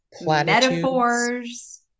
Metaphors